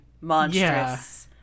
monstrous